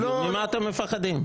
ממה אתם מפחדים?